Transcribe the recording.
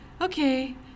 okay